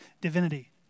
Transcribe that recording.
divinity